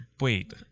wait